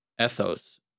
ethos